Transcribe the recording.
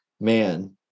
man